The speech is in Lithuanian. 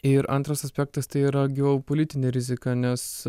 ir antras aspektas tai yra geopolitinė rizika nes